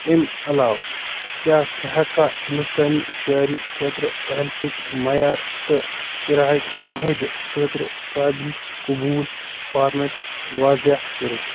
اَمہِ علاو کیٛاہ ژٕ ہیٚکہٕ کھا ہنٛدوستٲنی شعری خٲطرٕ اہلیتٕکۍ معیار تہٕ کَِراہٕکۍ معاہدہ خٲطرٕ قابلِ قبول فارمیٹ واضع کٔرِتھ